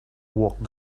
walk